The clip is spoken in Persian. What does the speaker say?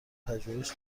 پژوهش